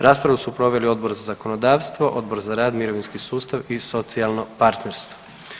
Raspravu su proveli Odbor za zakonodavstvo, Odbor za rad, mirovinski sustav i socijalno partnerstvo.